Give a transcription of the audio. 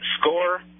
score